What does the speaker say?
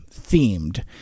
themed